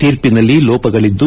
ತೀರ್ಪಿನಲ್ಲಿ ಲೋಪಗಳಿದ್ದು